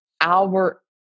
Albert